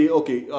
okay